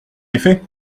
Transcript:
effet